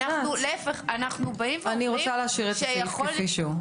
ענת, אני רוצה להשאיר את הסעיף כפי שהוא.